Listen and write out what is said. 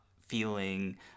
feeling